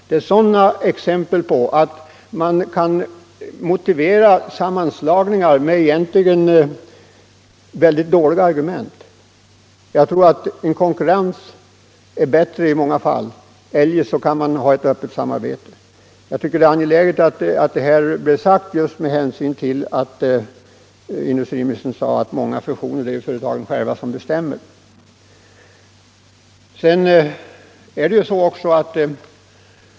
Det är ett exempel på att man kan motivera sammanslagningar med argument som egentligen är väldigt dåliga. Jag tror att en konkurrens är bättre i många fall — eljest kan man ha ett öppet samarbete. Det är angeläget att detta blivit sagt just med hänsyn till att industriministern hävdade att vid många fusioner är det företagen själva som bestämmer.